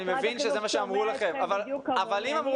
אני מבין שזה מה שאמרו לכם אבל אם אמרו